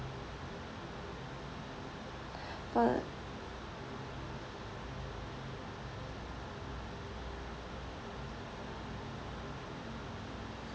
uh